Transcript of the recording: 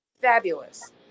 Fabulous